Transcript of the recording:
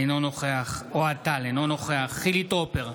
אינו נוכח אוהד טל, אינו נוכח חילי טרופר,